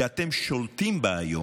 שאתם שולטים בה היום,